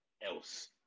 else